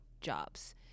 jobs